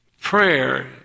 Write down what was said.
prayer